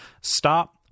stop